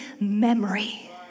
memory